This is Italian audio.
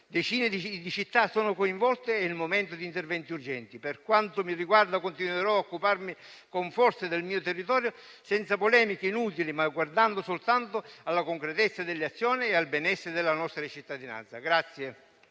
Decine di città sono coinvolte. È il momento di interventi urgenti. Per quanto mi riguarda, continuerò a occuparmi con forza del mio territorio, senza polemiche inutili, ma guardando soltanto alla concretezza delle azioni e al benessere della nostra cittadinanza.